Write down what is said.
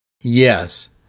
Yes